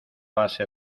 base